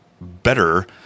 better